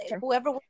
whoever